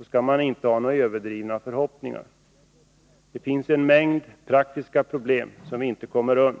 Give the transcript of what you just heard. skall man inte ha några överdrivna förhoppningar. Det finns en mängd praktiska problem som vi inte kommer ifrån.